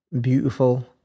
beautiful